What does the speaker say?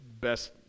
best